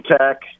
Tech